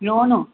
loan